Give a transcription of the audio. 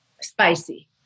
spicy